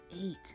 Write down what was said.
Eight